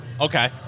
Okay